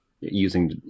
using